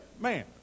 man